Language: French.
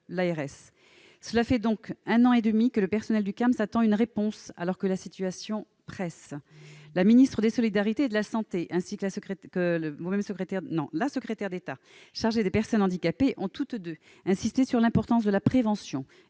(ARS). Voilà un an et demi que le personnel du Camsp attend une réponse, alors que la situation presse. La ministre des solidarités et de la santé ainsi que la secrétaire d'État chargée des personnes handicapées ont toutes deux insisté sur l'importance de la prévention